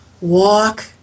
Walk